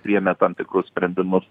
priėmė tam tikrus sprendimus